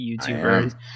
YouTubers